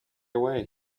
away